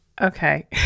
Okay